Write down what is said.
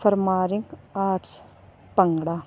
ਫਰਮਾਰਿੰਕ arts bhangra